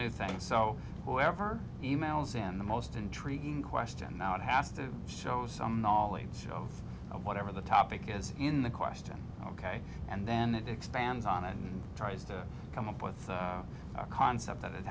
new thing so whoever e mails in the most intriguing question out has to show some knowledge of whatever the topic is in the question ok and then it expands on it and tries to come up with a concept that it